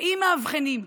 ואם מאבחנים,